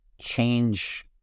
change